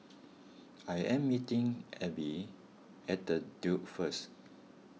I am meeting Ebbie at the Duke first